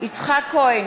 יצחק כהן,